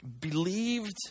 believed